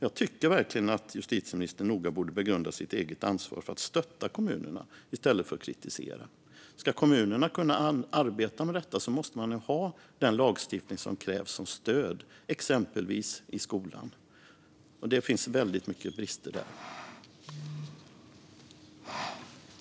Jag tycker verkligen att justitieministern noga borde begrunda sitt eget ansvar för att stötta kommunerna i stället för att kritisera. Ska kommunerna kunna arbeta med detta måste de ha den lagstiftning som krävs som stöd, exempelvis i skolan. Det finns väldigt många brister där.